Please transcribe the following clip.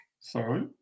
sorry